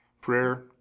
Prayer